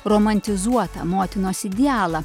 romantizuotą motinos idealą